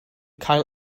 cael